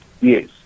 Yes